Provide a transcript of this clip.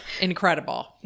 Incredible